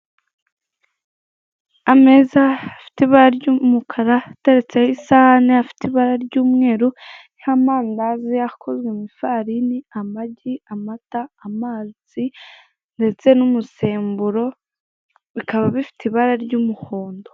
Ameza afite ibara ry'umukara, iteretseho isahani, afite ibara ry'umweru, iriho amandazi akozwe mu ifarini, amagi, amata, amazi ndetse n'umusemburo bikaba bifite ibara ry'umuhondo.